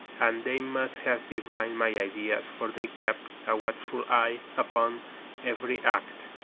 and they must have divined my ideas, for they kept a watchful eye upon every act.